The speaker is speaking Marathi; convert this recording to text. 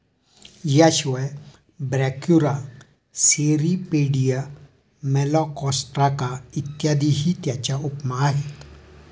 याशिवाय ब्रॅक्युरा, सेरीपेडिया, मेलॅकोस्ट्राका इत्यादीही त्याच्या उपमा आहेत